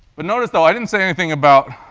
but notice, though, i didn't say anything about,